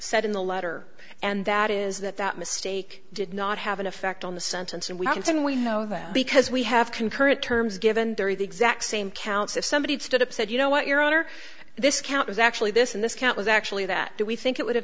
said in the letter and that is that that mistake did not have an effect on the sentence and we contend we know that because we have concurrent terms given there are the exact same counts if somebody stood up said you know what your honor this count is actually this and this count was actually that do we think it would have